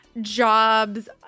jobs